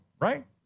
right